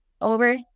over